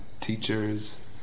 teachers